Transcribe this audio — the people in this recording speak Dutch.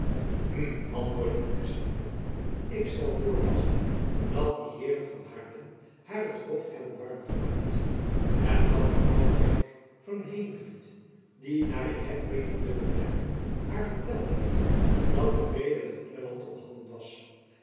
hm antwoordde van espenblad ik stel voor vast dat die heeren van haarlem haar het hoofd hebben warm gemaakt en dan die oude gek van een heenvliet die naar ik heb meenen te bemerken haar verteld heeft dat de vrede met engejacob van lennep elizabeth musch land op handen was